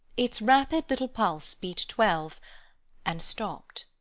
its rapid little pulse beat twelve and stopped.